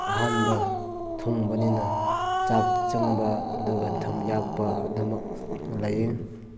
ꯑꯍꯥꯟꯕ ꯊꯣꯡꯕꯅꯤꯅ ꯆꯥꯛ ꯆꯪꯕ ꯑꯗꯨꯒ ꯊꯨꯝ ꯌꯥꯛꯄ ꯑꯗꯨꯃꯛ ꯂꯩ